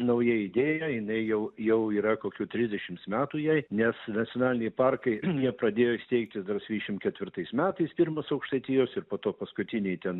nauja idėja jinai jau jau yra kokių trisdešims metų jai nes nacionaliniai parkai jie pradėjo steigtis dar svyišim ketvirtais metais pirmas aukštaitijos ir po to paskutiniai ten